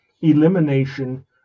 elimination